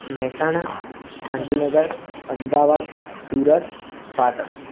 Mehsana Gandhinagar Ahmedabad Surat Patan